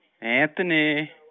Anthony